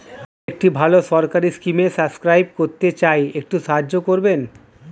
আমি একটি ভালো সরকারি স্কিমে সাব্সক্রাইব করতে চাই, একটু সাহায্য করবেন?